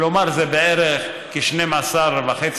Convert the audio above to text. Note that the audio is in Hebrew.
כלומר זה בערך 12.5%